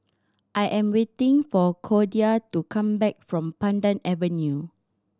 I am waiting for Cordia to come back from Pandan Avenue